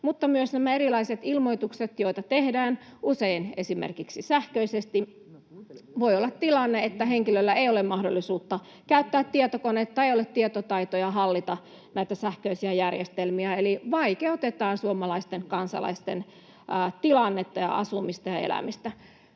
mutta myös nämä erilaiset ilmoitukset, joita tehdään usein esimerkiksi sähköisesti. Voi olla tilanne, että henkilöllä ei ole mahdollisuutta käyttää tietokonetta, ei ole tietotaitoja hallita näitä sähköisiä järjestelmiä, eli vaikeutetaan suomalaisten, kansalaisten, tilannetta ja asumista ja elämistä.